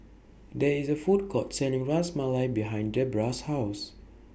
There IS A Food Court Selling Ras Malai behind Debrah's House